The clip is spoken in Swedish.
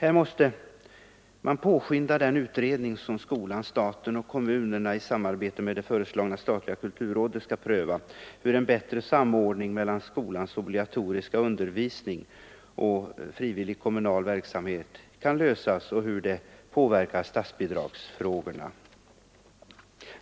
Här måste man påskynda den utredning där skolan, staten och kommunerna i samarbete med det föreslagna statliga kulturrådet skall pröva hur en bättre samordning mellan skolans obligatoriska undervisning och frivillig kommunal verksamhet skall komma till stånd och hur detta påverkar statsbidragsfrågorna.